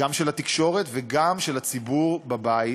גם של התקשורת וגם של הציבור בבית,